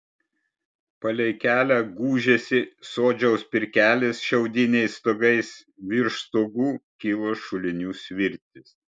palei kelią gūžėsi sodžiaus pirkelės šiaudiniais stogais virš stogų kilo šulinių svirtys